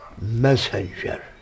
messenger